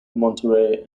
monterrey